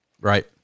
Right